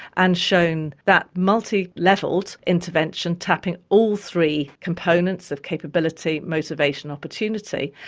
and shown that multi-levelled intervention, tapping all three components of capability, motivation, opportunity,